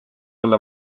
olla